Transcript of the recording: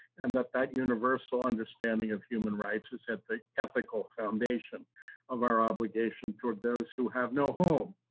and that that universal understanding of human rights is at the ethical foundation of our obligation toward those who have no home,